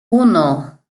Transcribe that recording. uno